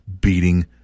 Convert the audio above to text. beating